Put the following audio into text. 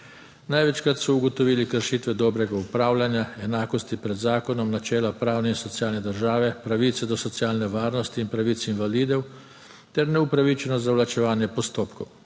Največkrat so ugotovili kršitve dobrega upravljanja, enakosti pred zakonom, načela pravne in socialne države, pravice do socialne varnosti in pravic invalidov ter neupravičeno zavlačevanje postopkov.